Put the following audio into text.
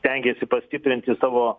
stengiasi pastiprinti savo